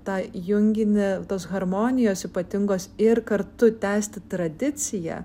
tą junginį tos harmonijos ypatingos ir kartu tęsti tradiciją